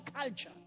culture